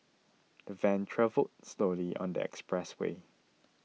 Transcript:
the van travelled slowly on the expressway